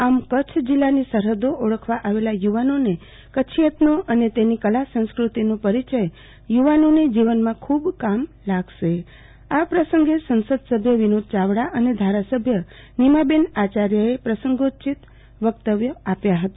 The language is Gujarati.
આમ કરછ જીલ્લાની સરહદો ઓળખવા આવેલા યુવાનોને કરછીયતનો અને તેની કલાસંસ્કૃતિકનો પરિચય યુવાનોને જીવનમાં ખુબ કામ લાગશે આ પ્રસંગે સાસંદ સભ્ય વિનોદ યાવડા અને ધારાસભ્ય નીમાબેન આચાર્ય પ્રસંગોચિત વક્તવ્યો આવ્યા હતા